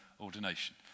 ordination